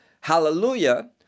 hallelujah